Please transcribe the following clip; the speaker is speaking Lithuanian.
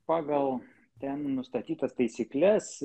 pagal ten nustatytas taisykles